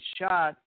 shot